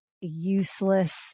useless